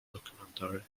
documentary